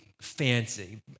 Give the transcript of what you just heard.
fancy